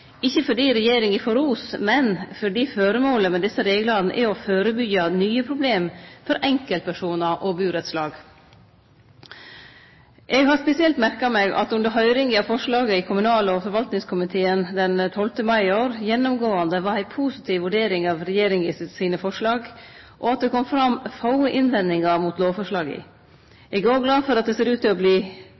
ikkje fordi regjeringa får ros, men fordi føremålet med desse reglane er å førebyggje nye problem for enkeltpersonar og burettslag. Eg har spesielt merka meg at det under høyringa av forslaga i kommunal- og forvaltningskomiteen den 12. mai i år, gjennomgåanda var ei positiv vurdering av regjeringa sine forslag, og at det kom fram få innvendingar mot lovforslaga. Eg er òg glad for at det ser ut til